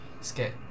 scared